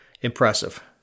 Impressive